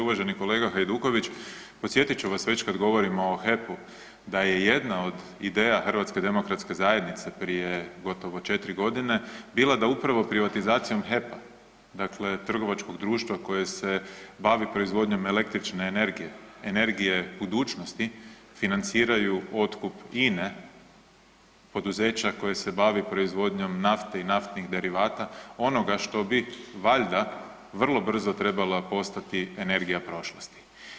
Uvaženi kolega Hajduković, podsjetit ću vas, već kad govorimo o HEP-u da je jedna od ideja HDZ-a prije gotovo 4 godine bila da upravo privatizacijom HEP-a, dakle trgovačkog društva koje se bavi proizvodnjom električne energije, energije budućnosti financiraju otkup INA-e, poduzeća koje se bavi proizvodnjom nafte i naftnih derivata, onoga što bi valjda vrlo brzo trebala postati energija prošlosti.